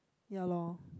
ya lor